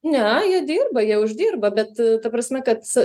ne jie dirba jie uždirba bet ta prasme kads